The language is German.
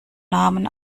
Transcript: namen